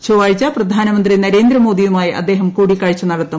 ചൊവ്വാഴ്ച പ്രധാനമന്ത്രി നരേന്ദ്രമോദിയുമായി അദ്ദേഹം കൂടിക്കാഴ്ച നടത്തും